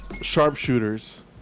sharpshooters